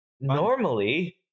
normally